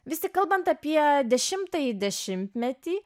visi kalbant apie dešimtąjį dešimtmetį